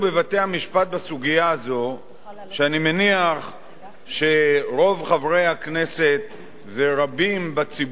ואני מניח שרוב חברי הכנסת ורבים בציבור ערים לה ועוקבים אחר